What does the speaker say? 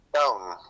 Stone